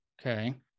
Okay